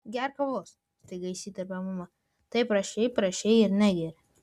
gerk kavos staiga įsiterpė mama taip prašei prašei ir negeri